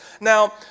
Now